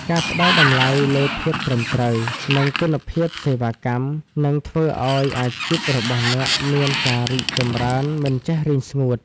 ការផ្តល់តម្លៃលើភាពត្រឹមត្រូវ និងគុណភាពសេវាកម្ម នឹងធ្វើឱ្យអាជីពរបស់អ្នកមានការរីកចម្រើនមិនចេះរីងស្ងួត។